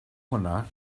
hwnna